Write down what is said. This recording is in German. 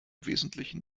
wesentlichen